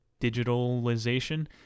digitalization